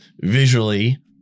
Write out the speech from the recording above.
visually